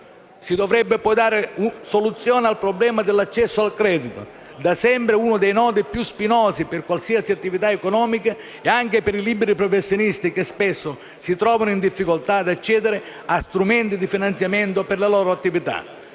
Si dovrebbe poi dare soluzione al problema dell'accesso al credito, da sempre uno dei nodi più spinosi per qualsiasi attività economica e anche per i liberi professionisti che spesso si trovano in difficoltà nell'accedere a strumenti di finanziamento per la loro attività.